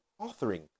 authoring